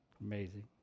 Amazing